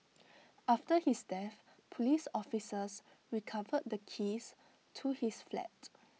after his death Police officers recovered the keys to his flat